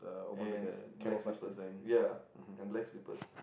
and black slippers ya and black slippers